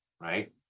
right